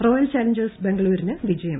royal challengers ബാംഗ്ലൂരിന് വിജയം